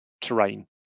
terrain